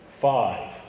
five